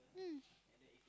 mm